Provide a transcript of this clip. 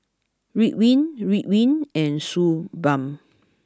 Ridwind Ridwind and Suu Balm